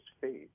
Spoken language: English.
faith